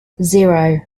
zero